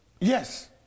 Yes